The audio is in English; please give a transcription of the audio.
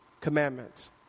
commandments